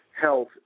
health